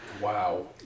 Wow